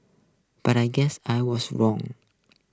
but I guess I was wrong